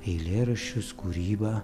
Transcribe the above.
eilėraščius kūrybą